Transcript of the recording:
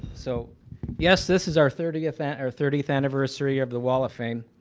so yes this is our thirtieth and our thirtieth anniversary of the wall of fame,